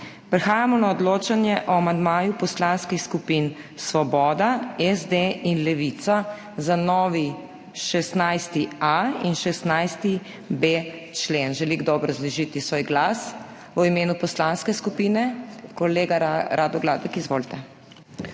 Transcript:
Prehajamo na odločanje o amandmaju poslanskih skupin Svoboda, SD in Levica za novi 16.a in 16.b člen. Želi kdo obrazložiti svoj glas v imenu poslanske skupine? Kolega Rado Gladek, izvolite.